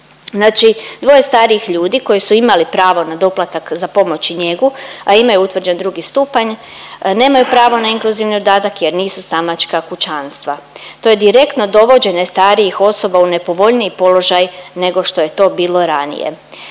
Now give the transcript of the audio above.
Znači dvoje starih ljudi koji su imali pravo na doplatak za pomoć i njegu, a imaju utvrđen drugi stupanj, nemaju pravo na inkluzivni dodatak jer nisu samačka kućanstva. To je direktno dovođenje starijih osoba u nepovoljniji položaj nego što je to bilo ranije.